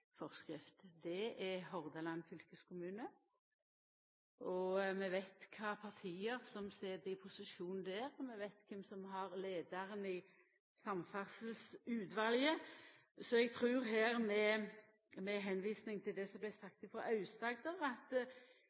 forskrift, er Hordaland fylkeskommune. Vi veit kva parti som sit i posisjon der, og vi veit kven som har leiaren i samferdselsutvalet. Så eg trur, med tilvising til det som vart sagt frå Aust-Agder, at